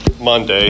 Monday